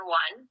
one